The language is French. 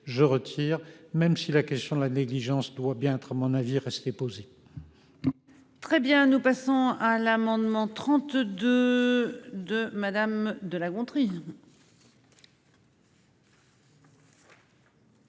Je retire même si la question de la négligence doit bien être à mon avis restait posée. Très bien. Nous passons à l'amendement 32 de madame de La Gontrie.